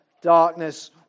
darkness